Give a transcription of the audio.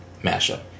mashup